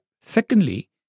Secondly